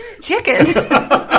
Chicken